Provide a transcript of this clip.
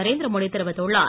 நரேந்திரமோடி தெரிவித்துள்ளார்